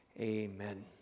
amen